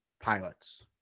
pilots